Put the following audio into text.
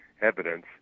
evidence